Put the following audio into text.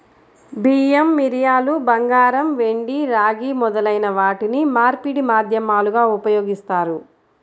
బియ్యం, మిరియాలు, బంగారం, వెండి, రాగి మొదలైన వాటిని మార్పిడి మాధ్యమాలుగా ఉపయోగిస్తారు